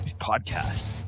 podcast